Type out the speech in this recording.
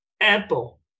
Apple